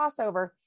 crossover